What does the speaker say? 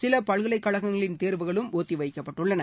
சில பல்கலைகழகங்களின் தேர்வுகளும் ஒத்திவைக்கப்பட்டுள்ளன